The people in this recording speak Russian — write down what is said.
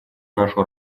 нашу